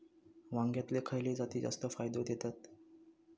वांग्यातले खयले जाती जास्त फायदो देतत?